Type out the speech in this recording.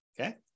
Okay